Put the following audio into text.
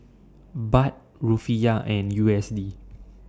Baht Rufiyaa and U S D